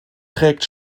trägt